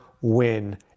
win